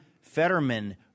Fetterman